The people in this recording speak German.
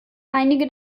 einige